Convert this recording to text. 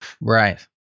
Right